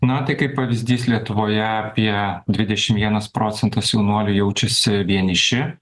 na tai kaip pavyzdys lietuvoje apie dvidešim vienas procentas jaunuolių jaučiasi vieniši